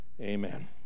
amen